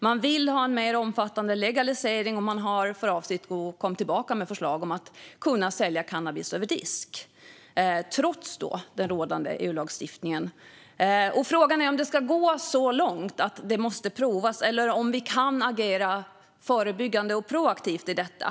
Man vill ha en mer omfattande legalisering, och man har för avsikt att komma tillbaka med förslag om att det ska vara möjligt att sälja cannabis över disk, trots den rådande EU-lagstiftningen. Frågan är om det ska gå så långt att det måste prövas, eller om vi kan agera förebyggande och proaktivt i fråga om detta.